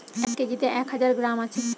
এক কেজিতে এক হাজার গ্রাম আছে